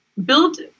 build